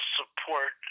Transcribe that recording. support